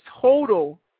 total